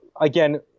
again